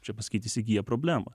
čia pasakyt įsigyja problemą